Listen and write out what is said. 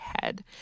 head